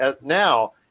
now